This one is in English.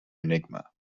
enigma